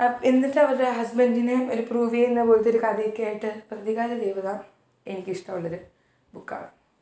എന്നിട്ട് അവരുടെ ഹസ്ബൻറ്റിനെ ഒരു പ്രൂവ് ചെയ്യുന്ന പോലത്തെ ഒരു കഥയൊക്കെയായിട്ട് പ്രതികാര ദേവത എനിക്കിഷ്ടമുള്ളൊരു ബുക്കാണ്